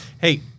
Hey